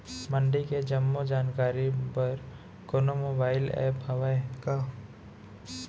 मंडी के जम्मो जानकारी बर कोनो मोबाइल ऐप्प हवय का?